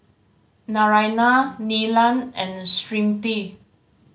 Naraina Neelam and Smriti